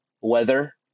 weather